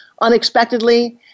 unexpectedly